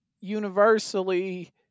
universally